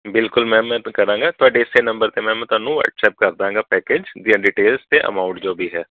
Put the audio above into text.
ਬਿਲਕੁਲ ਮੈਮ ਮੈਂ ਕਰਾਂਗਾ ਤੁਹਾਡੇ ਇਸ ਹੀ ਨੰਬਰ 'ਤੇ ਮੈਮ ਤੁਹਾਨੂੰ ਵੱਟਸਅਪ ਕਰਦਾਂਗਾ ਪੈਕੇਜ ਦੀਆਂ ਡਿਟੈਲਸ ਅਤੇ ਅਮਾਊਂਟ ਜੋ ਵੀ ਹੈ